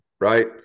right